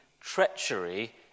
treachery